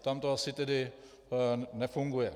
Tam to asi tedy nefunguje.